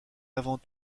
avant